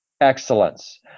excellence